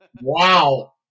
wow